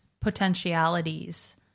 potentialities